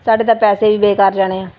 ਸਾਡੇ ਤਾਂ ਪੈਸੇ ਵੀ ਬੇਕਾਰ ਜਾਣੇ ਆ